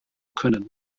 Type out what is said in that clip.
können